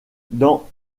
dans